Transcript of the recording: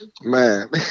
man